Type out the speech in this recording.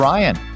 Ryan